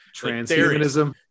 Transhumanism